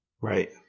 Right